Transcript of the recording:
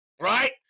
right